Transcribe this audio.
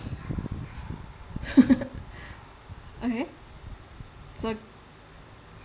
alright so